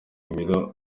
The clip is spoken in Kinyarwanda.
ibiro